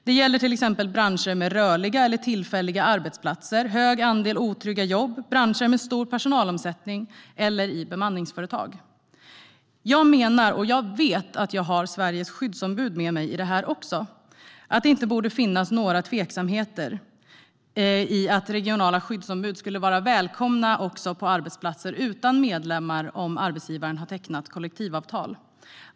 Det gäller till exempel branscher med rörliga eller tillfälliga arbetsplatser, hög andel otrygga jobb, branscher med stor personalomsättning eller i bemanningsföretag. Jag menar, och jag vet att jag har Sveriges skyddsombud med mig i det här också, att det inte borde finnas några tveksamheter i att regionala skyddsombud skulle vara välkomna också på arbetsplatser utan medlemmar om arbetsgivaren har tecknat kollektivavtal.